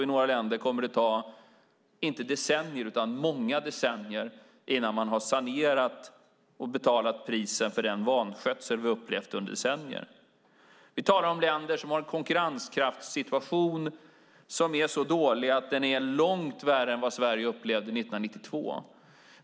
I några länder kommer det att ta många decennier innan man har sanerat och betalat priset för den vanskötsel vi upplevt under decennier. Vi talar om länder som har en konkurrenskraftssituation som är så dålig att den är långt värre än vad Sverige upplevde 1992.